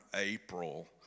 April